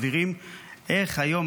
איך היום,